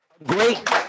Great